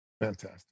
Fantastic